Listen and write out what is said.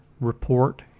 report